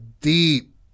deep